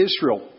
Israel